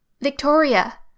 Victoria